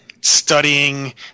studying